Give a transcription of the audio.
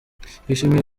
twishimiye